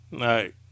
Right